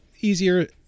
easier